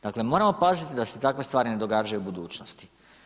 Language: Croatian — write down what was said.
Dakle, moramo paziti da se takve stvari ne događaju u budućnosti.